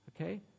Okay